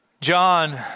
John